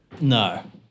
No